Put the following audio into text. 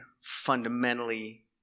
fundamentally